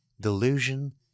Delusion